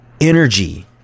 energy